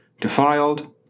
defiled